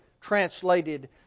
translated